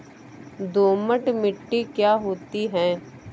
दोमट मिट्टी क्या होती हैं?